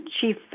chief